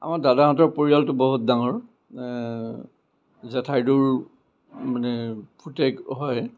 আমাৰ দাদাহঁতৰ পৰিয়ালটো বহুত ডাঙৰ জেঠাইদেউৰ মানে পুতেক হয়